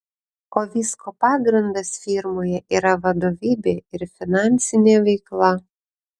o visko pagrindas firmoje yra vadovybė ir finansinė veikla